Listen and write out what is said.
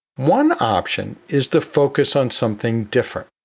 one option is to focus on something different.